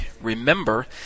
Remember